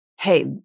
hey